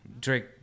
Drake